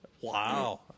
Wow